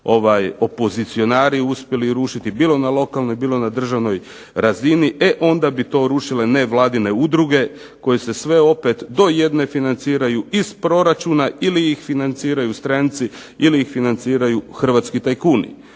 opozicionari uspjeli rušiti bilo na lokalnoj, bilo na državnoj razini e onda bi to rušile nevladine udruge koje se sve opet do jedne financiraju iz proračuna ili ih financiraju stranci ili ih financiraju hrvatski tajkuni.